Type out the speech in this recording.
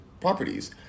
properties